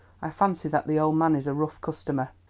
i fancy that the old man is a rough customer.